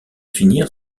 finir